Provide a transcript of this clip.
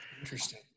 Interesting